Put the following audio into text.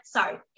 Sorry